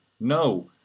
No